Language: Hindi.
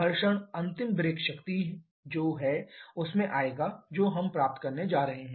घर्षण अंतिम ब्रेक शक्ति जो है उसमें आएगा जो हम प्राप्त करने जा रहे हैं